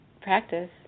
practice